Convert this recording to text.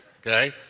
Okay